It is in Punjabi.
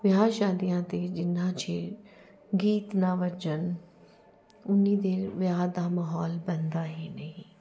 ਵਿਆਹ ਸ਼ਾਦੀਆਂ 'ਤੇ ਜਿੰਨਾ ਚਿਰ ਗੀਤ ਨਾ ਵੱਜਣ ਉੰਨੀ ਦੇਰ ਵਿਆਹ ਦਾ ਮਾਹੌਲ ਬਣਦਾ ਹੀ ਨਹੀਂ